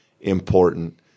important